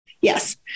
Yes